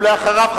ולאחריו,